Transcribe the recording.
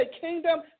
kingdom